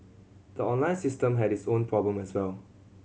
the online system had its own problem as well